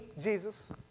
Jesus